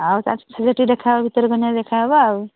ଆଉ ସେଠି ଦେଖାହେବା ଭିତରକନିକାରେ ଦେଖାହେବା ଆଉ